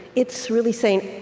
it's really saying,